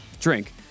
Drink